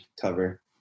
cover